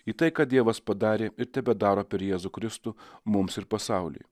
į tai kad dievas padarė ir tebedaro per jėzų kristų mums ir pasauliui